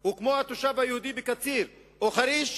הוא כמו התושב היהודי בקציר או בחריש,